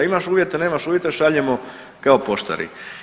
Imaš uvjete, nemaš uvjete šaljemo kao poštari.